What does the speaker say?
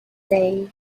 day